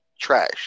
trash